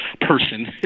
person